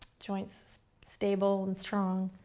joints stable and strong.